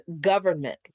government